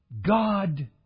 God